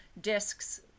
discs